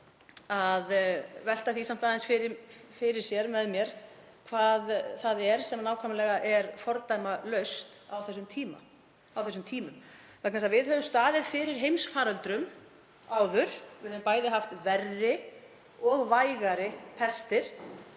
að velta því aðeins fyrir sér með mér hvað það er sem nákvæmlega er fordæmalaust á þessum tímum, vegna þess að við höfum staðið fyrir heimsfaröldrum áður. Við höfum bæði haft verri og vægari pestir